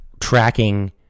Tracking